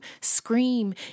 scream